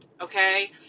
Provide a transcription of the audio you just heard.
okay